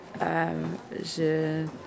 Je